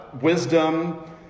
wisdom